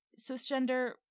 cisgender